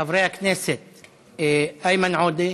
חברי הכנסת איימן עודה,